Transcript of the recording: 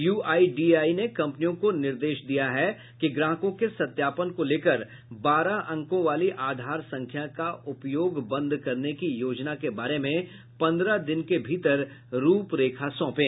UIDAI ने कम्पनियों को निर्देश दिया है कि ग्राहकों के सत्यापन को लेकर बारह अंकों वाली आधार संख्या का उपयोग बंद करने की योजना के बारे में पन्द्रह दिन के भीतर रूपरेखा सौंपे